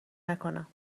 نکنم